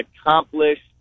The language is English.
accomplished